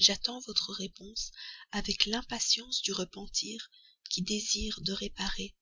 j'attends votre réponse avec l'impatience du repentir qui désire de réparer